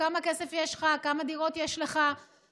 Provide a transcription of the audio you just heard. כל הזמן יש ירידה בתמותה וירידה בנתוני התחלואה,